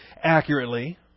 accurately